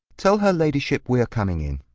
tell her ladyship we are coming in.